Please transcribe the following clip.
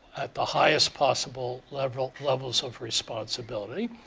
at the highest possible levels levels of responsibility.